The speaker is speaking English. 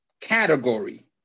category